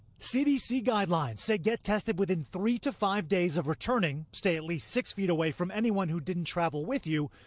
cdc guidelines say get tested within three to five days of returning, stay at least six feet away from anyone who didn't travel with you,